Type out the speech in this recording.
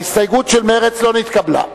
ההסתייגות של מרצ לא התקבלה.